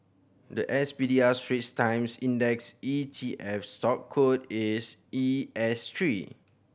the S P D R Straits Times Index E T F stock code is E S three